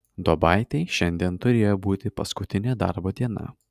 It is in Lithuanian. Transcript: duobaitei šiandien turėjo būti paskutinė darbo diena